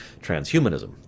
transhumanism